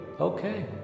Okay